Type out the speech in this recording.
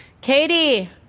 Katie